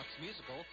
musical